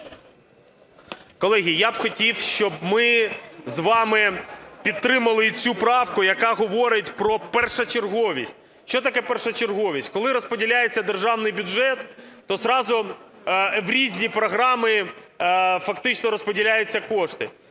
Колеги, я б хотів, щоб ми з вами підтримали і цю правку, яка говорить про першочерговість. Що таке першочерговість? Коли розподіляється державний бюджет, то зразу в різні програми фактично розподіляються кошти,